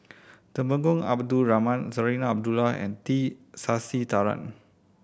Temenggong Abdul Rahman Zarinah Abdullah and T Sasitharan